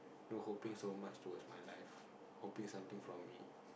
don't hoping so much towards my life hoping something from me